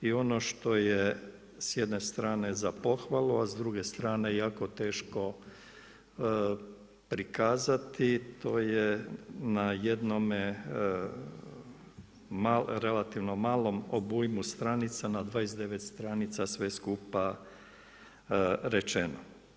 I ono što je s jedne strane za pohvalu, a s druge strane jako teško prikazati, to je na jednome relativnom malom obujmu stranica na 29 stranica sve skupa rečeno.